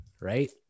Right